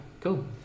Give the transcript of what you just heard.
Cool